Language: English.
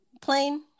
plain